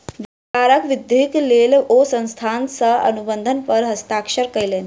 व्यापारक वृद्धिक लेल ओ संस्थान सॅ अनुबंध पर हस्ताक्षर कयलैन